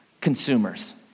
consumers